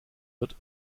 wird